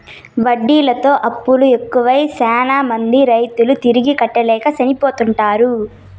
వడ్డీతో అప్పులు ఎక్కువై శ్యానా మంది రైతులు తిరిగి కట్టలేక చనిపోతుంటారు